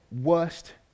worst